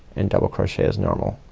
and double crochet as normal.